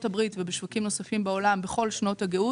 הברית ובשווקים נוספים בעולם בכל שנות הגאות.